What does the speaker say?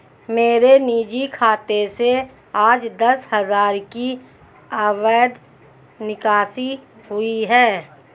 मेरे निजी खाते से आज दस हजार की अवैध निकासी हुई है